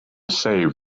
save